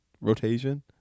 rotation